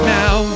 now